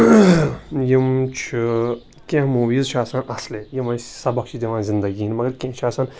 یِم چھِ کینٛہہ موٗویٖز چھِ آسان اَصلہِ یِم أسۍ سبق چھِ دِوان زندگی ہِنٛدۍ مگر کینٛہہ چھِ آسان